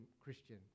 Christian